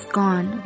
gone